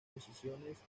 posiciones